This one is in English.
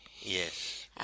Yes